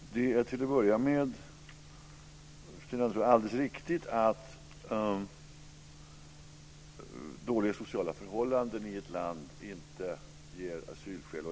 Herr talman! Det är till att börja med, Sten Andersson, alldeles riktigt att dåliga sociala förhållanden i ett land inte är asylskäl.